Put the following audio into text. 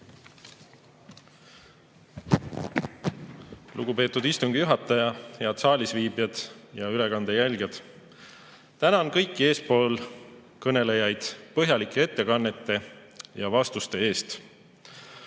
Lugupeetud istungi juhataja! Head saalis viibijad ja ülekande jälgijad! Tänan kõiki eespool kõnelenuid põhjalike ettekannete ja vastuste eest!